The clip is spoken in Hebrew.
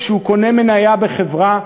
כשהוא קונה מניה בחברה,